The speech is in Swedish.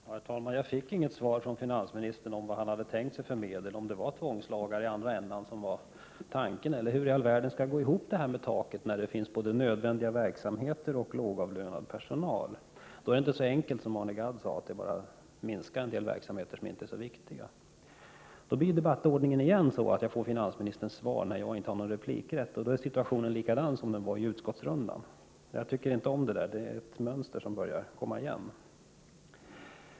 Herr talman! Jag fick inget svar från finansministern om vad han hade tänkt sig för medel, om det var tvångslagar, och hur i all världen det går ihop med att införa tak när vi har både nödvändiga verksamheter och lågavlönad personal. Det är inte så enkelt som Arne Gadd säger, att man bara minskar en del verksamheter som inte är så viktiga. Nu blir debattordningen sådan att jag får finansministerns svar när jag inte längre har någon replikrätt. Situationen är likadan som under utskottsrundan. Jag tycker inte om det — det är ett mönster som börjar komma igen.